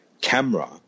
camera